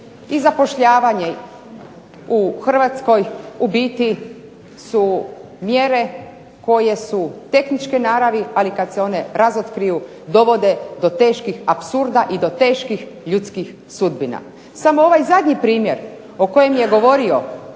i zapošljavanje u Hrvatskoj u biti su mjere koje su tehničke naravi, ali kada se one razotkriju dovode do teških apsurda i do teških ljudskih sudbina. Samo ovaj zadnji primjer o kojem je govorio